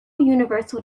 universal